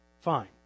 Fine